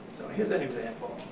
here's an example.